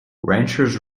ranchers